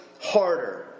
harder